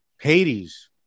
Hades